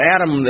Adam